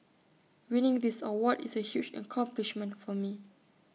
winning this award is A huge accomplishment for me